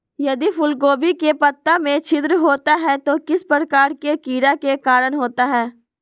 यदि फूलगोभी के पत्ता में छिद्र होता है तो किस प्रकार के कीड़ा के कारण होता है?